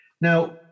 Now